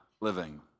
living